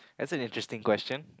that's an interesting question